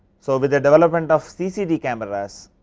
so, with the development of ccd cameras,